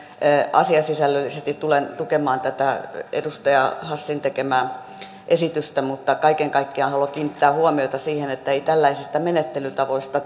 asiasisällöllisesti tulen tukemaan tätä edustaja hassin tekemää esitystä kaiken kaikkiaan haluan kiinnittää huomiota siihen että ei tällaisista menettelytavoista